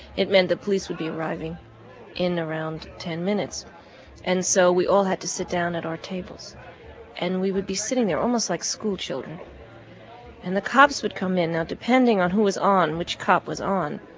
it meant the police would be arriving in around ten minutes and so we all had to sit down at our tables and we would be sitting there almost like school children and the cops would come in. now depending on who was on, which cop was on,